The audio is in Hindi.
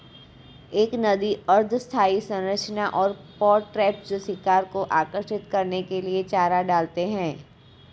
एक नदी अर्ध स्थायी संरचना और पॉट ट्रैप जो शिकार को आकर्षित करने के लिए चारा डालते हैं